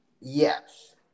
Yes